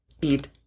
eat